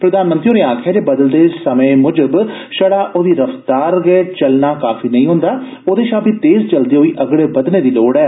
प्रधानमंत्री होरे आक्खेआ जे बदलदे समें मूजब छड़ा ओह्दी रफ्तार गै चलना काफी नेई सगुआं ओह्दे शा बी तेज चलदे अगड़े बघने दी लोड़ ऐ